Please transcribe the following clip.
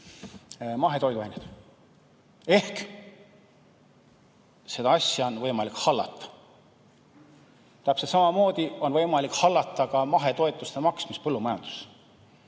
mahetoiduaineid. Ehk seda asja on võimalik hallata. Täpselt samamoodi on võimalik hallata ka mahetoetuste maksmist põllumajanduses.